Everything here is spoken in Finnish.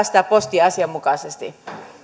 sitä postia asianmukaisesti